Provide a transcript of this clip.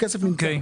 הכסף נמצא.